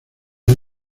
han